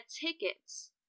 tickets